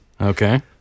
Okay